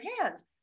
hands